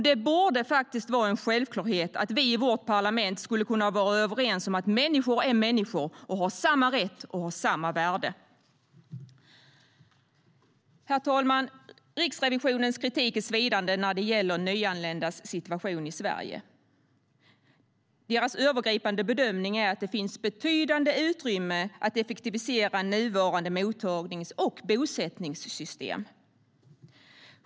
Det borde vara en självklarhet att vi i vårt parlament skulle kunna vara överens om att människor är människor och har samma rätt och samma värde. Herr talman! Riksrevisionens kritik är svidande när det gäller nyanländas situation i Sverige. Riksrevisionens övergripande bedömning är att det finns ett betydande utrymme att effektivisera nuvarande mottagnings och bosättningssystem.